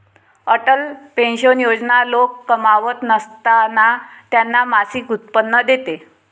Atal pension Yojana लोक कमावत नसताना त्यांना मासिक उत्पन्न देते